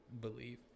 believe